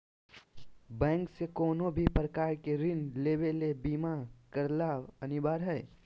bank से कउनो भी प्रकार के ऋण लेवे ले बीमा करला अनिवार्य हय